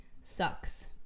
sucks